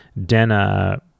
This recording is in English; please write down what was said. Denna